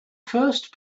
first